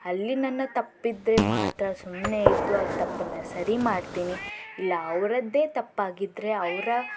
ಅಲ್ಲಿ ನನ್ನ ತಪ್ಪಿದ್ರೆ ಮಾತ್ರ ಸುಮ್ಮನೆ ಇದ್ದು ಆ ತಪ್ಪನ್ನು ಸರಿ ಮಾಡ್ತೀನಿ ಇಲ್ಲ ಅವರದ್ದೇ ತಪ್ಪಾಗಿದ್ರೆ ಅವರ